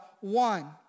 One